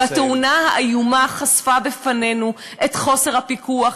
התאונה האיומה חשפה בפנינו את חוסר הפיקוח,